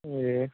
ए